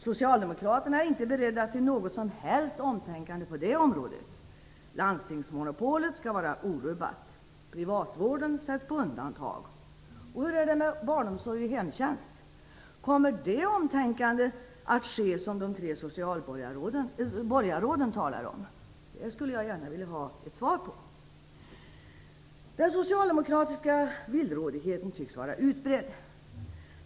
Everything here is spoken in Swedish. Socialdemokraterna är inte beredda till något som helst omtänkande på det området. Landstingsmonopolet skall vara orubbat. Privatvården sätts på undantag. Hur är det med barnomsorg och hemtjänst? Kommer det omtänkande att ske som de tre borgarråden talar om? Det skulle jag gärna vilja ha ett svar på. Den socialdemokratiska villrådigheten tycks vara utbredd.